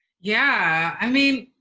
yeah. i mean,